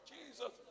Jesus